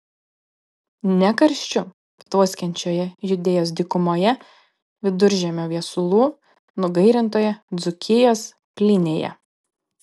ne karščiu tvoskiančioje judėjos dykumoje viduržiemio viesulų nugairintoje dzūkijos plynėje